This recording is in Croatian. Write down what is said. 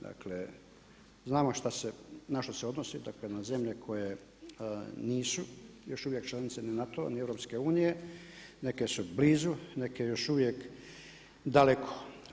Dakle, znamo na što se odnosi, dakle na zemlje koje nisu još uvijek članice ni NATO-a ni EU-a, neke su blizu, neke još uvijek daleko.